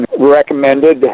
recommended